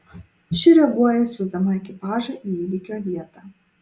ši reaguoja siųsdama ekipažą į įvykio vietą